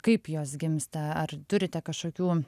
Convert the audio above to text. kaip jos gimsta ar turite kažkokių